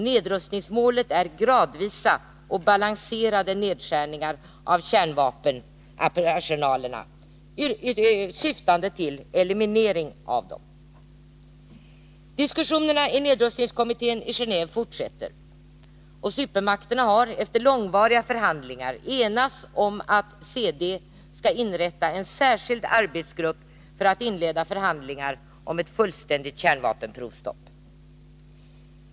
Nedrustningsmålet är gradvisa och balanserade nedskärningar av kärnvapenarsenalerna, syftande till eliminering av dessa. Diskussionerna i nedrustningskommittén i Geneve fortsätter, och supermakterna har efter långvariga förhandlingar enats om att CD skall inrätta en särskild arbetsgrupp för att inleda förhandlingar om ett fullständigt kärnvapenprovstopp.